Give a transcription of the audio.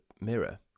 mirror